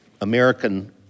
American